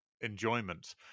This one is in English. enjoyment